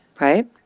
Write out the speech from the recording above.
Right